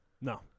No